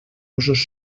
usos